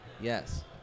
Yes